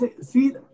See